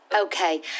Okay